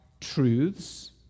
truths